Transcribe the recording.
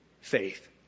faith